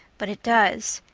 but it does.